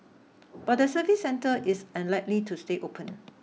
but the service centre is unlikely to stay open